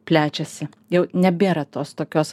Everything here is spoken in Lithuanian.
plečiasi jau nebėra tos tokios